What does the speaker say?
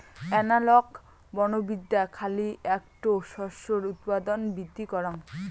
analogue বনবিদ্যা খালি এ্যাকটো শস্যের উৎপাদন বৃদ্ধি করাং